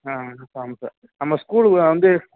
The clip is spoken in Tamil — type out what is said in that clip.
ஆ ஆமாம் சார் ஆமாம் சார் நம்ம ஸ்கூலுக்குள்ளே வந்து